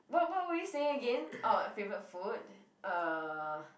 what what were you saying again orh favorite food uh